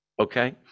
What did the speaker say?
Okay